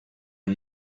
are